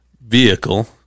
vehicle